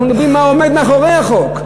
אנחנו מדברים על מה שעומד מאחורי החוק.